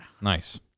Nice